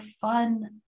fun